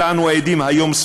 שלה אנו עדים היום,